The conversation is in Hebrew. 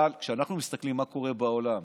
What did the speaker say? אבל כשאנחנו מסתכלים מה קורה בעולם,